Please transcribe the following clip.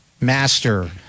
Master